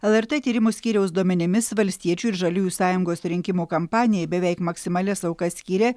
lrt tyrimų skyriaus duomenimis valstiečių ir žaliųjų sąjungos rinkimų kampanijai beveik maksimalias aukas skyrė